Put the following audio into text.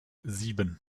sieben